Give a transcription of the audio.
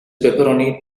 pepperoni